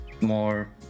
more